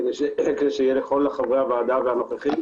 כדי שיהיה לכל חברי הוועדה והנוכחים